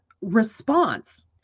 response